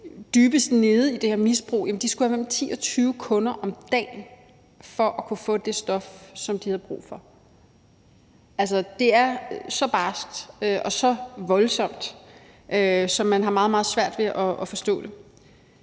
allerdybest nede i det her misbrug, skulle have mellem 10 og 20 kunder om dagen for at kunne få det stof, som de havde brug for. Altså, det er så barskt og så voldsomt, at man har meget, meget svært ved at forstå det.